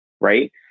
Right